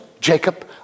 Jacob